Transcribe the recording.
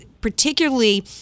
particularly